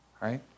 Right